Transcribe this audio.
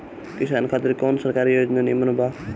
किसान खातिर कवन सरकारी योजना नीमन बा?